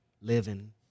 living